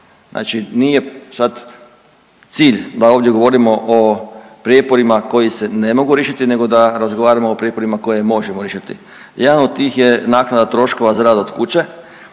znači nije sad cilj da ovdje govorimo o prijeporima koji se ne mogu riješiti nego da razgovaramo o prijeporima koje možemo riješiti. Jedan od tih je naknada troškova za rad od kuće